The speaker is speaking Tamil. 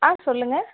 ஆ சொல்லுங்க